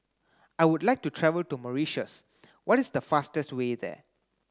I would like to travel to Mauritius what is the fastest way there